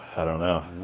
i don't know